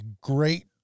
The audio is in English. great